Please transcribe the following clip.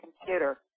computer